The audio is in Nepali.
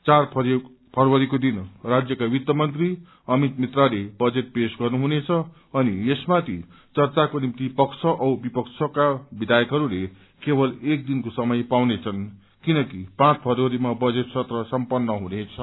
चार फरवरीको दिन राज्यका वित्त मन्त्री अमित मित्राले बजेट पेश गर्नुहुनेछ अनि यसमाथि चर्चाको निम्ति पक्ष औ विपक्षका विधायकहरूले केवत एक दिनको समय पाउनेछन् किनकि पाँच फरवरीमा बजेट सत्र सम्पन्न हुनेछ